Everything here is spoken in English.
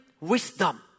wisdom